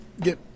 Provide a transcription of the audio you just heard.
get